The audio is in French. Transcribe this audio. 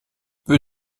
peu